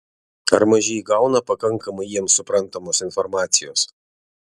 ar mažieji gauna pakankamai jiems suprantamos informacijos